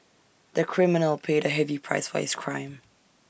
the criminal paid A heavy price for his crime